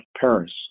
Paris